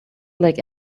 like